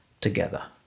together